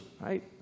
right